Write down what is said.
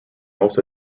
most